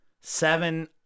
Seven